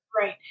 Right